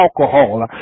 alcohol